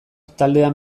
taldean